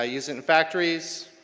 ah use it in factories,